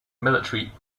military